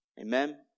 Amen